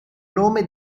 nome